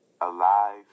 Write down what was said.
Alive